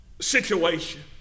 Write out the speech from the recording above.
situation